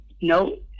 no